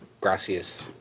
gracias